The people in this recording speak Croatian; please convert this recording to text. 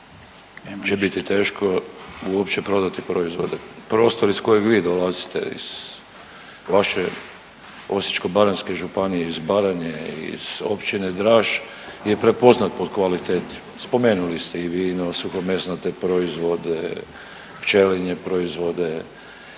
će biti teško uopće prodati proizvode. Prostor iz kojeg vi dolazite iz vaše Osječko-baranjske županije, iz Baranje, iz Općine Draž je prepoznat po kvaliteti. Spomenuli ste i vino, suhomesnate proizvode, pčelinje proizvode,